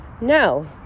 no